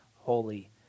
holy